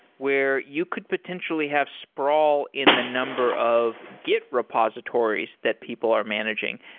where you could potentially have sprawl in the number of git repositories that people are managing.